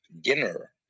dinner